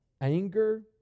anger